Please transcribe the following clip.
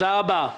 תודה רבה.